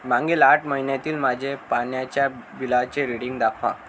मागील आठ महिन्यांतील माझे पाण्याच्या बिलाचे रीडिंग दाखवा